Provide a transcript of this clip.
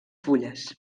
fulles